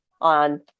on